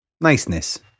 niceness